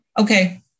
Okay